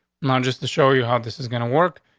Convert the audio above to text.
not just to show you how this is gonna work.